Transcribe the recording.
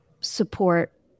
support